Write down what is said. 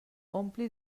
ompli